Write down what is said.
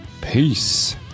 Peace